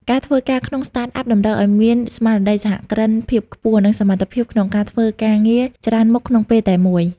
ការធ្វើការក្នុង Startup តម្រូវឱ្យមានស្មារតីសហគ្រិនភាពខ្ពស់ និងសមត្ថភាពក្នុងការធ្វើការងារច្រើនមុខក្នុងពេលតែមួយ។